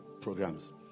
programs